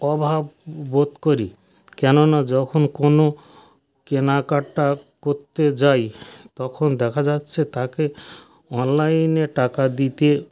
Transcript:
অভাব বোধ করি কেননা যখন কোনো কেনাকাটা করতে যাই তখন দেখা যাচ্ছে তাকে অনলাইনে টাকা দিতে